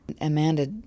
Amanda